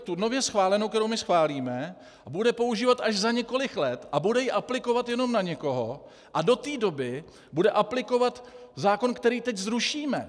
Tu nově schválenou, kterou my schválíme, bude používat až za několik let a bude ji aplikovat jenom na někoho a do té doby bude aplikovat zákon, který teď zrušíme.